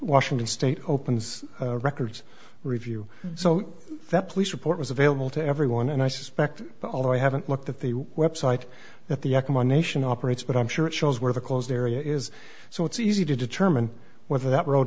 washington state opens records review so the police report was available to everyone and i suspect although i haven't looked at the website at the acma nation operates but i'm sure it shows where the coast area is so it's easy to determine whether that road